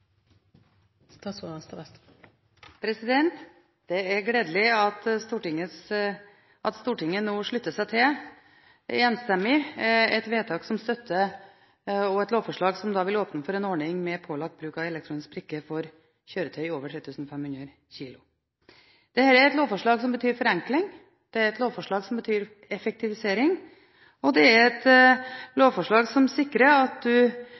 gledelig at Stortinget nå enstemmig slutter seg til en innstilling til vedtak som støtter dette lovforslaget, som vil åpne for en ordning med pålagt bruk av elektronisk brikke for kjøretøy over 3 500 kg. Dette er et lovforslag som betyr forenkling. Det er et lovforslag som betyr effektivisering, og det er lovforslag som sikrer at du